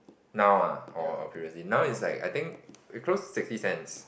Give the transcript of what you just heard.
now ah or or previously now is like I think it's close to sixty cents